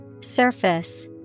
Surface